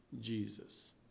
Jesus